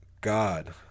God